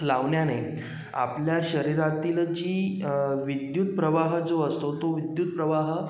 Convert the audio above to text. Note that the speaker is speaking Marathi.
लावण्याने आपल्या शरीरातील जी विद्युत प्रवाह जो असतो तो विद्युत प्रवाह